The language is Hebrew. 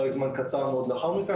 פרק זמן קצר מאוד לאחר מכן,